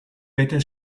bete